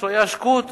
שלא יעשקו אותו,